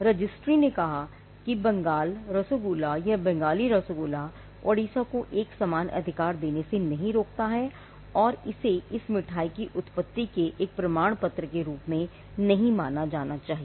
registry ने कहा कि बंगाल रसोगोला या बंगाली रसोगोला ओडिशा को एक समान अधिकार देने से नहीं रोकता है और इसे इस मिठाई की उत्पत्ति के एक प्रमाण पत्र के रूप में नहीं माना जाना चाहिए